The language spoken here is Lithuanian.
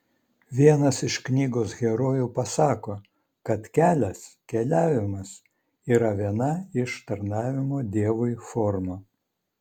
vienas iš knygos herojų pasako kad kelias keliavimas yra viena iš tarnavimo dievui formų